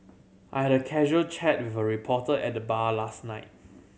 I had a casual chat with a reporter at the bar last night